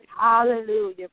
Hallelujah